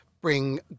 bring